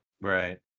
Right